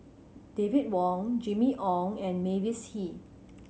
David Wong Jimmy Ong and Mavis Hee